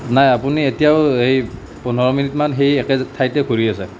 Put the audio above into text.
নাই আপুনি এতিয়াও এই পোন্ধৰ মিনিটমান সেই একে ঠাইতে ঘূৰি আছে